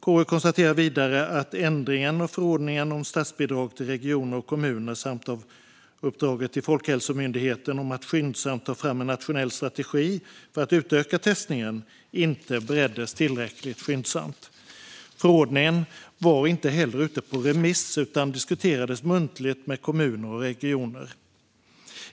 KU konstaterar vidare att ändringen av förordningen om statsbidrag till regioner och kommuner samt av uppdraget till Folkhälsomyndigheten att skyndsamt ta fram en nationell strategi för att utöka testningen inte bereddes tillräckligt skyndsamt. Förordningen var heller inte ute på remiss utan diskuterades muntligt med kommuner och regioner.